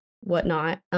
whatnot